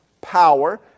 power